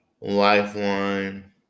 Lifeline